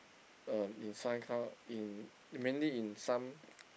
uh in some ka~ in mainly in some